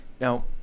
Now